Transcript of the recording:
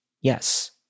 Yes